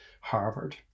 Harvard